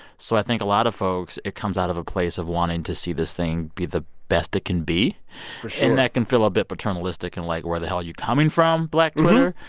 so i think a lot of folks, it comes out of a place of wanting to see this thing be the best it can be for sure and that can feel a bit paternalistic, and like, where the hell are you coming from, black twitter?